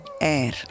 air